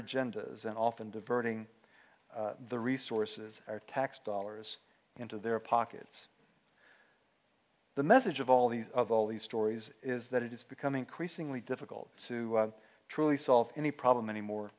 agendas and often diverting the resources our tax dollars into their pockets the message of all these of all these stories is that it's become increasingly difficult to truly solve any problem anymore